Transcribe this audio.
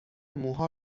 موها